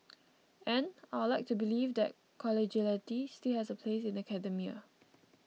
and I'd like to believe that collegiality still has a place in academia